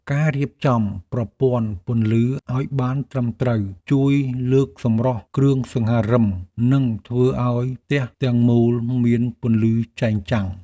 ការរៀបចំប្រព័ន្ធពន្លឺឱ្យបានត្រឹមត្រូវជួយលើកសម្រស់គ្រឿងសង្ហារិមនិងធ្វើឱ្យផ្ទះទាំងមូលមានពន្លឺចែងចាំង។